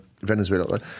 Venezuela